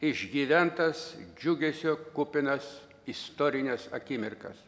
išgyventas džiugesio kupinas istorines akimirkas